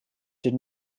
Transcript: did